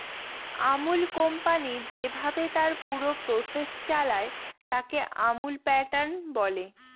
Amul company যেভাবে তার পুরো প্রসেস চালায়, তাকে আমুল প্যাটার্ন বলে